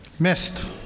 Missed